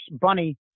bunny